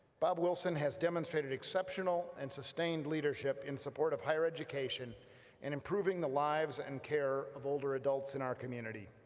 bob wilson has demonstrated exceptional and sustained leadership in support of higher education and improving the lives and care of older adults in our community.